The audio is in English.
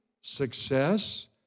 success